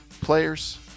players